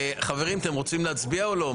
חברים, אתם רוצים להצביע או לא?